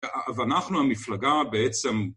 אבל אנחנו המפלגה בעצם...